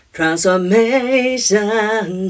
Transformation